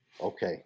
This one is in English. Okay